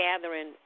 gathering